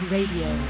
Radio